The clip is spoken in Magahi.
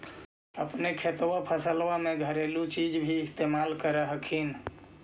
अपने खेतबा फसल्बा मे घरेलू चीज भी इस्तेमल कर हखिन?